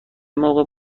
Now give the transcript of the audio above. موقع